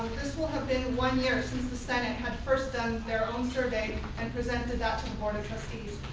this will have been one year since the senate had first done their own survey and presented that to the board of trustees.